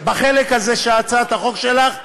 בחלק הזה הצעת החוק שלך מתייתרת.